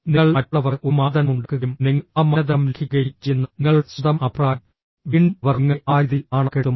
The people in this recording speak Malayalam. നിങ്ങൾ മറ്റുള്ളവർക്ക് ഒരു മാനദണ്ഡം ഉണ്ടാക്കുകയും നിങ്ങൾ ആ മാനദണ്ഡം ലംഘിക്കുകയും ചെയ്യുന്ന നിങ്ങളുടെ സ്വന്തം അഭിപ്രായം വീണ്ടും അവർ നിങ്ങളെ ആ രീതിയിൽ നാണം കെടുത്തും